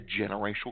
generational